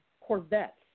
Corvettes